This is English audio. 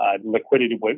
liquidity